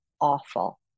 awful